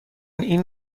این